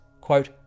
Quote